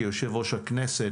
כיושב-ראש הכנסת,